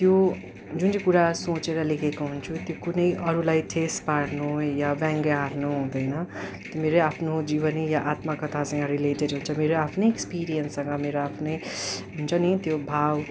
त्यो जुन चाहिँ कुरा सोचेर लेखेको हुन्छु त्यो कुनै अरूलाई ठेस पार्नु या व्यङ्ग्य हान्नु हुँदैन त्यो मेरै आफ्नो जीवनी या आत्मकथासँग रिलेटेड हुन्छ मेरो आफ्नै एक्सपिरियन्ससँग मेरो आफ्नै हुन्छ नि त्यो भाव